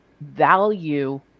value